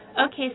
Okay